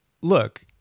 look